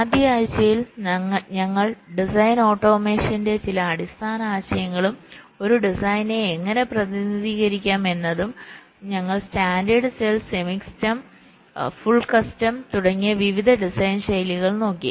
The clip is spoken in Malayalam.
ആദ്യ ആഴ്ചയിൽ ഞങ്ങൾ ഡിസൈൻ ഓട്ടോമേഷന്റെ ചില അടിസ്ഥാന ആശയങ്ങളും ഒരു ഡിസൈനിനെ എങ്ങനെ പ്രതിനിധീകരിക്കാം എന്നതും ഞങ്ങൾ standard cell semicustom full custom തുടങ്ങിയ വിവിധ ഡിസൈൻ ശൈലികൾ നോക്കി